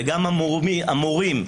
אני ממליץ לכולנו,